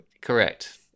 Correct